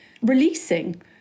releasing